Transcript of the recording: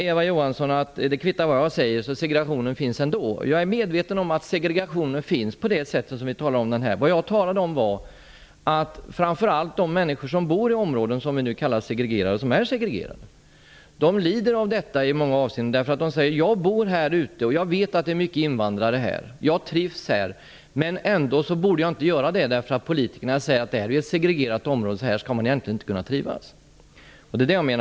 Eva Johansson sade att det kvittar vad jag säger därför att segregationen finns ändå. Jag är medveten om att segregationen finns. Vad jag sade var att framför allt de människor som bor i områden som kallas för segregerade, och som också är segregerade, i många avseenden lider av detta. Man säger: Jag bor här ute, och jag vet att det finns många invandrare här. Men jag trivs här, trots att jag inte borde göra det. Politikerna säger ju att det här är ett segregerat område och att man därför egentligen inte skall kunna trivas här.